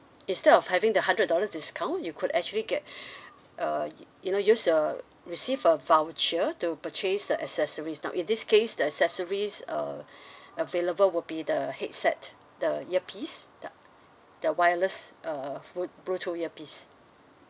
instead of having the hundred dollars discount you could actually get uh you know use uh receive a voucher to purchase the accessories now in this case the accessories uh available would be the headset the earpiece the the wireless uh blu~ bluetooth earpiece